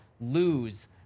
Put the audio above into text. lose